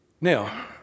Now